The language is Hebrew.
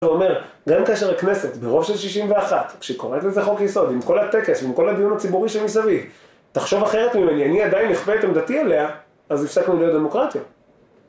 הוא אומר, גם כאשר הכנסת ברוב של 61 כשקוראת לזה חוק יסוד עם כל הטקס ועם כל הדיון הציבורי שמסביב תחשוב אחרת ממני, אני עדיין אכפה את עמדתי עליה אז הפסקנו להיות דמוקרטיה